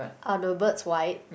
are the birds white